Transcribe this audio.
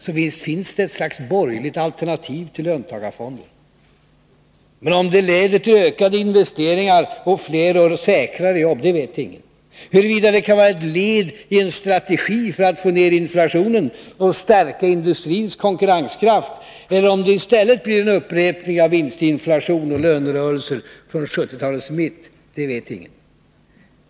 Så visst finns det ett slags borgerligt alternativ till löntagarfonder. Men om det leder till ökade investeringar och fler och säkrare jobb — det vet ingen. Huruvida det kan vara ett led i en strategi för att få ner inflationen och stärka industrins konkurrenskraft, eller om det i stället blir en upprepning av vinstinflationen och lönerörelserna från 1970-talets mitt — det vet ingen.